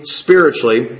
spiritually